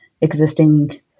existing